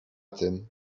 tym